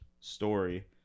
story